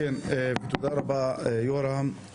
תודה רבה, עידן, דימא ויורם.